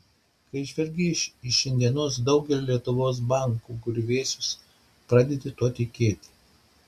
kai žvelgi į šiandienos daugelio lietuvos bankų griuvėsius pradedi tuo tikėti